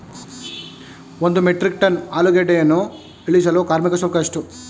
ಒಂದು metric tonne ಆಲೂಗೆಡ್ಡೆಯನ್ನು ಇಳಿಸಲು ಕಾರ್ಮಿಕ ಶುಲ್ಕ ಎಷ್ಟು?